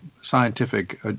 scientific